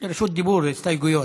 רשות דיבור, הסתייגויות.